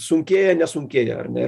sunkėja nesunkėja ar ne